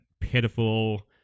pitiful